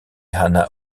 anna